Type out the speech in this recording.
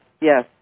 Yes